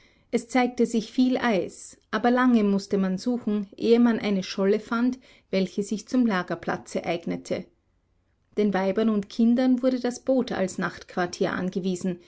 es zeigte sich viel eis aber lange mußte man suchen ehe man eine scholle fand welche sich zum lagerplatze eignete den weibern und kindern wurde das boot als nachtquartier angewiesen